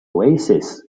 oasis